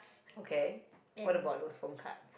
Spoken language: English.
okay what about those phone cards